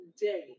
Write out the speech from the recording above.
day